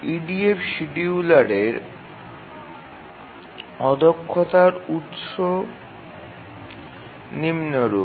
EDF শিডিয়ুলারের অদক্ষতার উৎস নিম্নরূপ